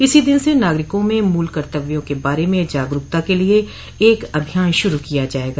इसी दिन से नागरिकों में मूल कर्तव्यों के बारे में जागरूकता के लिए एक अभियान शुरू किया जायेगा